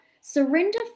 surrender